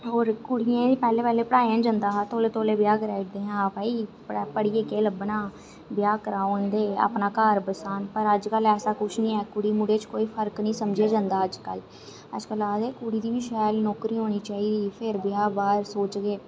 होर कुड़ियें गी पैह्ले पैह्ले पढ़ाया गै नि हा जंदा हा तौले तौले ब्याह कराई ओड़दे हे हां भई पढ़ियै केह् लब्भना ब्याह कराओ इं'दे अपना घर बसाह्न पर अज्जकल ऐसा कुछ नेई ऐ कुड़ी मुड़े च कोई फर्क नेई समझेया जंदा अज्जकल अज्जकल आखदे कुड़ी दी बी शैल नौकरी होनी चाहिदी फिर ब्याह बाद सोचगे